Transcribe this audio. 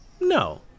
No